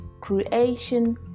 creation